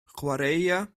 chwaraea